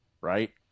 Right